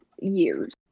years